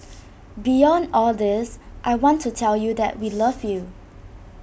beyond all this I want to tell you that we love you